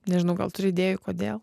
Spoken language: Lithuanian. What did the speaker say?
nežinau gal turi idėjų kodėl